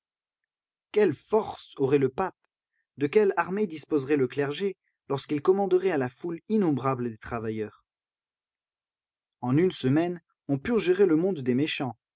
quelle force aurait le pape de quelle armée disposerait le clergé lorsqu'il commanderait à la foule innombrable des travailleurs en une semaine on purgerait le monde des méchants